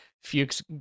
Fuchs